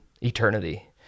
eternity